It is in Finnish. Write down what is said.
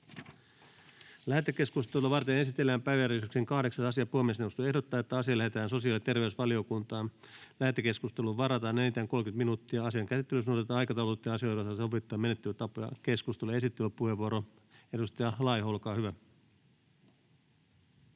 Lähetekeskustelua varten esitellään päiväjärjestyksen 8. asia. Puhemiesneuvosto ehdottaa, että asia lähetetään sosiaali‑ ja terveysvaliokuntaan. Lähetekeskusteluun varataan enintään 30 minuuttia. Asian käsittelyssä noudatetaan aikataulutettujen asioiden osalta sovittuja menettelytapoja. — Keskustelu ja esittelypuheenvuoro, edustaja Laiho, olkaa hyvä.